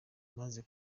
maze